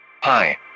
Hi